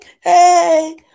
Hey